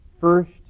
first